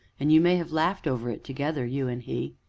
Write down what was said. and you may have laughed over it together you and he.